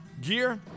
Gear